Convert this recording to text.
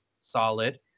solid